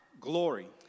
glory